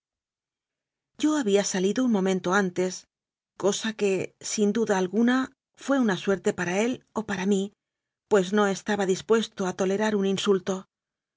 yo había salido un momento antes cosa que sin duda alguna fué una suerte para él o para mí pues no estaba dispuesto a tolerar un insulto